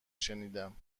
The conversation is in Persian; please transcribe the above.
شنیدم